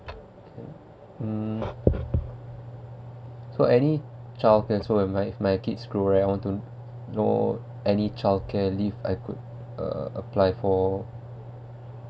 mm so any childcare so am I my kids grow well to know any childcare leave I could uh apply for